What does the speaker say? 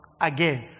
again